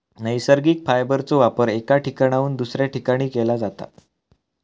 नैसर्गिक फायबरचो वापर एका ठिकाणाहून दुसऱ्या ठिकाणी केला जाता